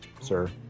sir